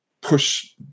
push